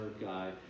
guy